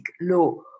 law